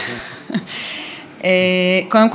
קודם כול,